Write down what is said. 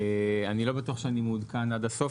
אני לא בטוח שאני מעודכן עד הסוף,